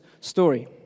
story